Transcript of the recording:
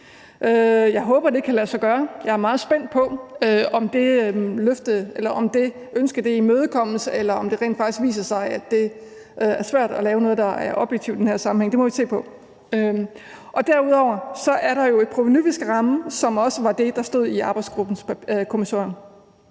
Jeg håber, at det kan lade sig gøre. Jeg er meget spændt på, om det ønske imødekommes, eller om det rent faktisk viser sig, at det er svært at lave noget, der er objektivt, i den her sammenhæng. Det må vi se på. Derudover er der jo et provenu, vi skal ramme, og som også var det, der stod i arbejdsgruppens kommissorium.